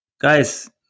Guys